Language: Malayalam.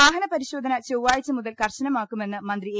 വാഹനപ്പരിശോധന ചൊവ്വാഴ്ചമുതൽ കർശനമാക്കുമെന്ന് മന്ത്രി എ